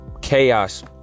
chaos